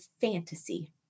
fantasy